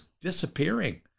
disappearing